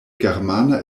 germana